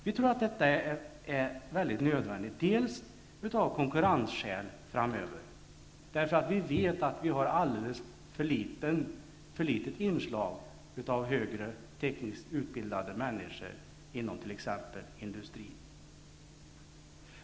Vi tror att detta av konkurrensskäl är helt nödvändigt framöver, eftersom vi vet att vi inom t.ex. industrin har ett alldeles för litet inslag av människor med högre teknisk utbildning.